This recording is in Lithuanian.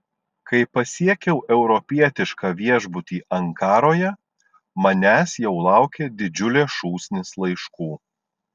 kai pasiekiau europietišką viešbutį ankaroje manęs jau laukė didžiulė šūsnis laiškų